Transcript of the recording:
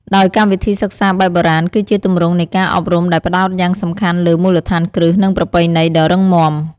ដោយកម្មវិធីសិក្សាបែបបុរាណ គឺជាទម្រង់នៃការអប់រំដែលផ្តោតយ៉ាងសំខាន់លើ មូលដ្ឋានគ្រឹះ និង ប្រពៃណី ដ៏រឹងមាំ។